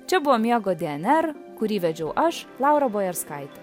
čia buvo miego dnr kurį vedžiau aš laura bojarskaitė